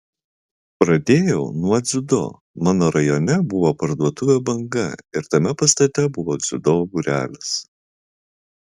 pradėjau nuo dziudo mano rajone buvo parduotuvė banga ir tame pastate buvo dziudo būrelis